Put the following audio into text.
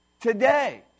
today